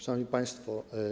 Szanowni Państwo!